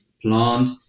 Plant